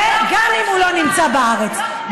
גם אם הוא לא נמצא בארץ.